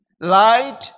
Light